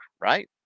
right